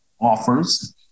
offers